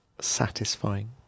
satisfying